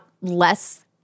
less